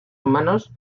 humanos